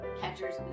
Catcher's